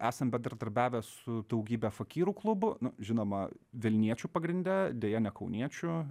esam bendradarbiavę su daugybe fakyrų klubų na žinoma vilniečių pagrinde deja ne kauniečių